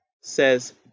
says